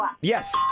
Yes